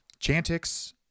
chantix